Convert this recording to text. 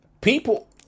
people